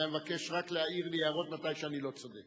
לכן אני מבקש להעיר לי הערות רק כשאני לא צודק.